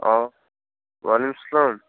آ وعلیکُم سلام